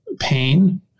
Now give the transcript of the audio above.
pain